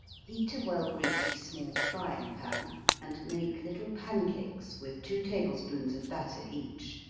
heat a well-greased small frying pan and make little pancakes with two tablespoons of batter each.